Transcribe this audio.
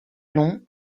laon